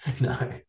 no